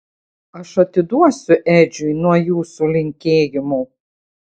aš atiduosiu edžiui nuo jūsų linkėjimų